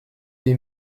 des